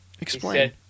Explain